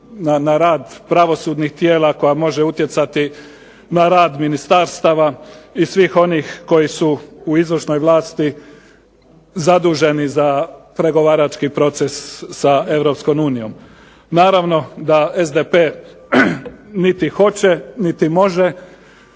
na rad pravosudnih tijela, koja može utjecati na rad ministarstva i svih onih koji su u izvršnoj vlasti zaduženi za pregovarački proces sa EU. Naravno da SDP niti hoće niti može